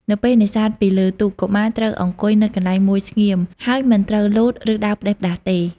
នៅពេលនេសាទពីលើ ទូក កុមារត្រូវអង្គុយនៅកន្លែងមួយស្ងៀម ហើយមិនត្រូវលោត ឬដើរផ្ដេសផ្ដាសទេ។